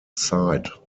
side